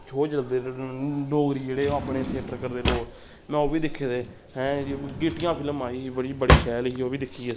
show चलदे न डोगरी जेह्ड़े अपने थियेटर करदे लोग में ओह् बी दिक्खे दे हैं गीट्टियां फिल्म आई ही बड़ी बड़ी शैल ही ओह् बी दिक्खी